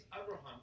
Abraham